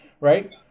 right